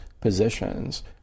positions